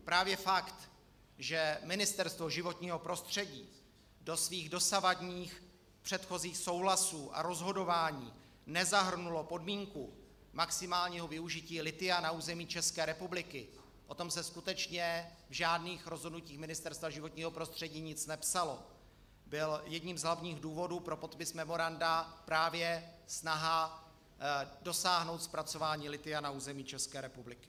Právě fakt, že Ministerstvo životního prostředí do svých dosavadních předchozích souhlasů a rozhodování nezahrnulo podmínku maximálního využití lithia na území České republiky, o tom se skutečně v žádných rozhodnutích Ministerstva životního prostředí nic nepsalo, byl jedním z hlavních důvodů pro podpis memoranda právě snaha dosáhnout zpracování lithia na území České republiky.